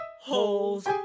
holes